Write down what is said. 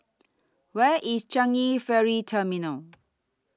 Where IS Changi Ferry Terminal